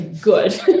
good